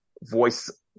voice